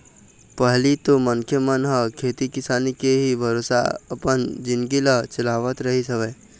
पहिली तो मनखे मन ह खेती किसानी के ही भरोसा अपन जिनगी ल चलावत रहिस हवय